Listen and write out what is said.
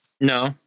No